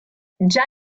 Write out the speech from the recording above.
già